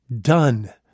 done